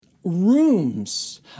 Rooms